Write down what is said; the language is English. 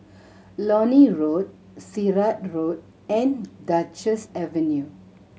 Lornie Road Sirat Road and Duchess Avenue